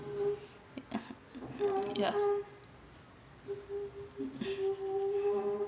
yes